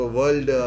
world